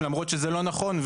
למרות שזה לא נכון.